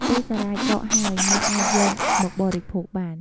ពេលសារាយកកហើយ អ្នកអាចយកមកបរិភោគបាន។